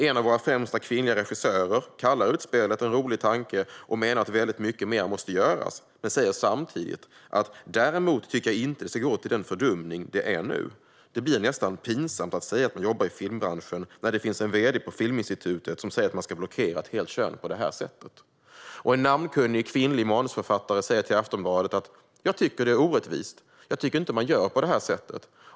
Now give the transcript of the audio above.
En av våra främsta kvinnliga regissörer kallar utspelet en rolig tanke och menar att väldigt mycket mer måste göras men säger samtidigt: "Däremot tycker jag inte det ska gå till den fördumning det är nu. Det blir nästan pinsamt att säga att man jobbar i filmbranschen när det finns en vd på Filminstitutet som säger att man ska blockera ett helt kön på det här sättet." Och en namnkunnig kvinnlig manusförfattare säger till Aftonbladet: "Jag tycker att det är orättvist. Jag tycker inte att man gör på det sättet.